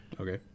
Okay